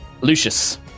Lucius